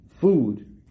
food